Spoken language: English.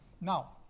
Now